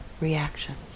reactions